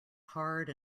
hard